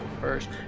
first